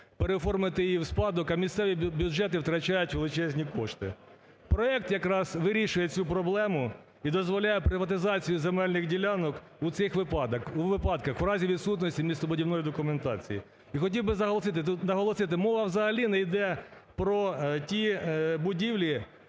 переоформити її у спадок, а місцеві бюджети втрачають величезні кошти. Проект якраз вирішує цю проблему і дозволяє приватизацію земельних ділянок у цих випадках в разі відсутності містобудівної документації. І хотів би наголосити, мова взагалі не йде про ті будівлі,